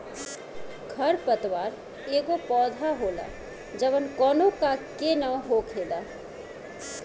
खर पतवार एगो पौधा होला जवन कौनो का के न हो खेला